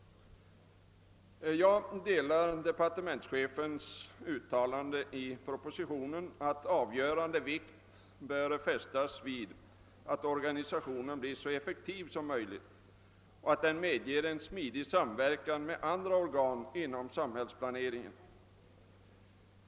Jag ansluter mig vidare till departe mentschefens uttalande i propositionen, att avgörande vikt bör fästas vid att organisationen blir så effektiv som möjligt och medger en smidig samverkan med andra organ inom samhällsplaneringen.